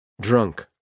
drunk